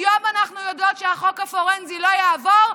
היום אנחנו יודעות שהחוק הפורנזי לא יעבור,